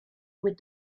with